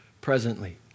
presently